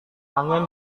angin